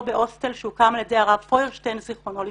בהוסטל שהוקם על ידי הרב פויירשטיין ז"ל,